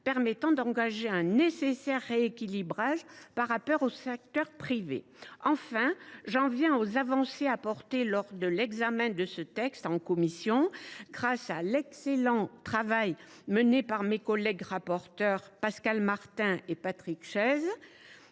permettant d’engager un nécessaire rééquilibrage par rapport au secteur privé. J’en viens aux avancées apportées lors de l’examen de ce texte en commission, grâce à l’excellent travail mené par mes collègues rapporteurs, Pascal Martin et Patrick Chaize,